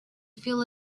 feel